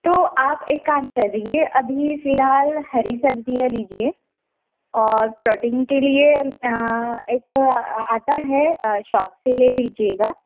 तो आप एक काम करिए अभी फ़िलहाल हरी सब्ज़ियाँ लीजिए और प्रोटीन के लिए एक आता है शॉप से ले लीजिएगा